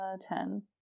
Ten